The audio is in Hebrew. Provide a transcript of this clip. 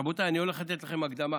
רבותיי, אני הולך לתת לכם הדגמה.